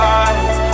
eyes